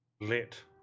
let